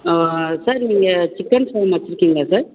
sir நீங்க chicken farm வைச்சுருக்கீங்களா sir